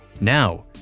Now